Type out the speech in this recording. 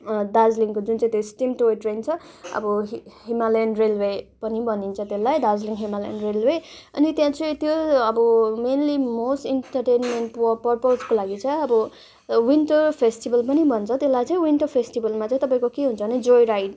दार्जिलिङको जुन चाहिँ त्यो स्टिम टोय ट्रेन छ अब हि हिमालयन रेलवे पनि भनिन्छ त्यसलाई दार्जिलिङ हिमालयन रेलवे अनि त्यहाँ चाहिँ त्यो अब मेन्ली मोस्ट इन्टरटेनमेन्ट पो परपोजको लागि चाहिँ अब विन्टर फेस्टिभल पनि भन्छ त्यसलाई विन्टर फेस्टिभलमा चाहिँ तपाईँको के हुन्छ भने जोयराइड